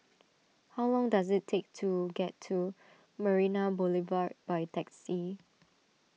how long does it take to get to Marina Boulevard by taxi